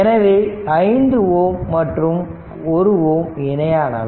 எனவே 5 Ω மற்றும் 1 Ω இணையானவை